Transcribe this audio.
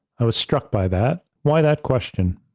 i was struck by that. why that question?